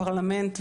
פרלמנט,